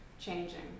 changing